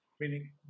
meaning